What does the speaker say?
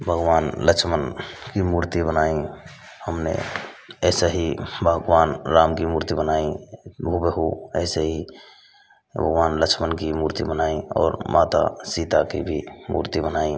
भगवान लक्षमण की मूर्ति बनाई हमने ऐसे ही भगवान राम की मूर्ति बनाई हूबहू ऐसे ही भगवान लक्षमण की मूर्ति बनाई और माता सीता की भी मूर्ति बनाई